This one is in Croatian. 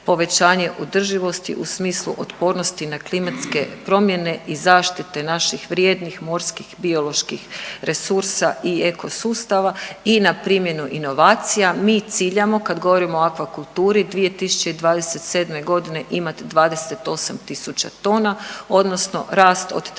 povećanje održivosti u smislu otpornosti na klimatske promjene i zaštite naših vrijednih morskih bioloških resursa i ekosustava i na primjenu inovacija. Mi ciljamo kad govorimo o akvakulturi 2027. godine imati 28.000 tona odnosno rast od 30%.